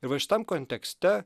ir va šitam kontekste